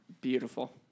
Beautiful